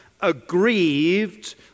aggrieved